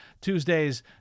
Tuesday's